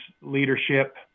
leadership